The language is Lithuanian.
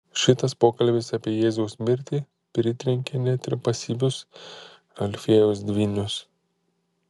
šitas pokalbis apie jėzaus mirtį pritrenkė net ir pasyvius alfiejaus dvynius